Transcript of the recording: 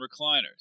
recliners